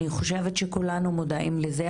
אני חושבת שכולנו מודעים לזה,